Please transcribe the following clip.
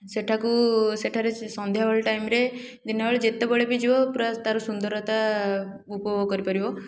ସେଠାକୁ ସେଠାରେ ସନ୍ଧ୍ୟାବେଳ ଟାଇମ୍ରେ ଦିନବେଳେ ଯେତେବେଳେ ବି ଯିବ ପୂରା ତା'ର ସୁନ୍ଦରତା ଉପଭୋଗ କରିପାରିବ